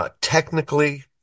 technically